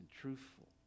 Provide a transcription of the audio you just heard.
truthful